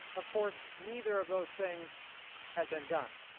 of course, neither of those things had been done.